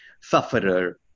sufferer